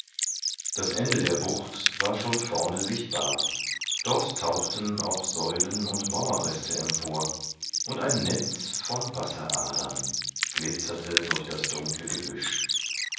das ende der bucht war schon vorne sichtbar dort tauchten auch säulen und mauerreste empor und ein netz von wasseradern glitzerte durch das dunkle gebüsch